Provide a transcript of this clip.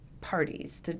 parties